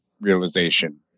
realization